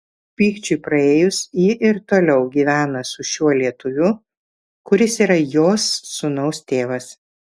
pykčiui praėjus ji ir toliau gyvena su šiuo lietuviu kuris yra jos sūnaus tėvas